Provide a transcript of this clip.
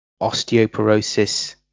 osteoporosis